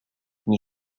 nie